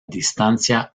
distancia